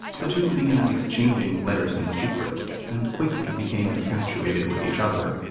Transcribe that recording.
the two began exchanging letters in secret and quickly became infatuated with each other,